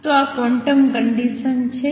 તો આ quantum condition છે